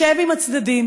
ישב עם הצדדים.